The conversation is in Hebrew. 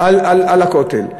על הכותל.